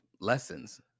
lessons